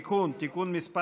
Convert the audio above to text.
(תיקון) (תיקון מס'